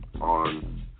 on